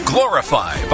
Glorify